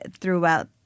throughout